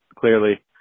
clearly